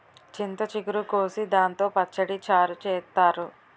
చింత చిగురు కోసి దాంతో పచ్చడి, చారు చేత్తారు